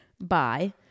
bye